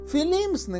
Films